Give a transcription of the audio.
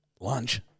Lunch